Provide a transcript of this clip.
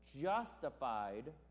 justified